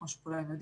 כמו שכולם יודעים,